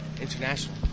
international